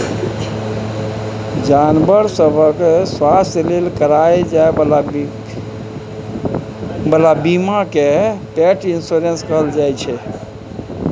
जानबर सभक स्वास्थ्य लेल कराएल जाइ बला बीमा केँ पेट इन्स्योरेन्स कहल जाइ छै